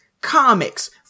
comics